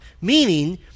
meaning